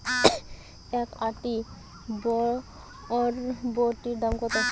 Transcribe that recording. এক আঁটি বরবটির দাম কত?